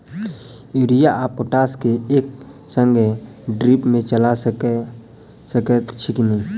Urea आ potash केँ एक संगे ड्रिप मे चला सकैत छी की?